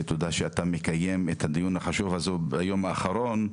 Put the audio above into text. ותודה שאתה מקיים את הדיון החשוב הזה ביום האחרון.